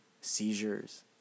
seizures